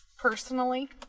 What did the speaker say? personally